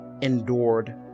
endured